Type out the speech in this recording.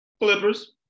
Clippers